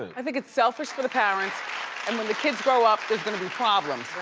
i think it's selfish for the parents and when the kids grow up, there's going to be problems.